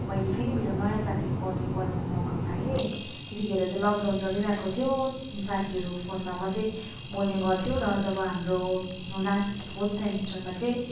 मैले फेरि मेरो नयाँ साथीहरू बन्यो बनाउने मौका पाएँ त्यतिखेर चाहिँ लक डाउन चलिरहेको थियो साथीहरू फोनमा मात्रै बोल्ने गर्थ्यो र जब हाम्रो लास्ट फोर्थ सेमिस्टरमा चाहिँ